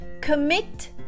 commit